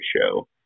show